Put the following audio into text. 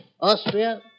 Austria